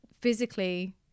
physically